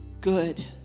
good